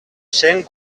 cent